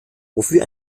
wofür